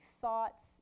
thoughts